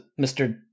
Mr